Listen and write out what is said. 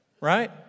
right